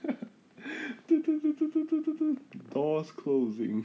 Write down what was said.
doors closing